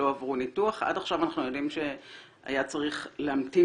עד עכשיו אנחנו יודעים שהיה צריך להמתין